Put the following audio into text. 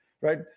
right